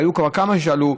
והיו כבר כמה ששאלו,